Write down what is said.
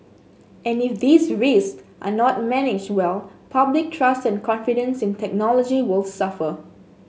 and if these risk are not managed well public trust and confidence in technology will suffer